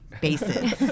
bases